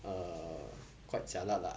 err quite jialat lah